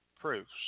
proofs